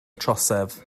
trosedd